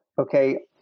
okay